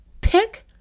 pick